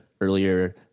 earlier